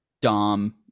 dom